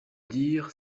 dire